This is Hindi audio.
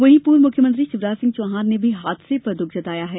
वहीं पूर्व मुख्यमंत्री शिवराज सिंह चौहान ने भी हादसे पर दुख जताया है